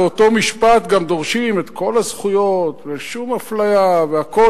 באותו משפט גם דורשים את כל הזכויות ושום אפליה והכול.